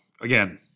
again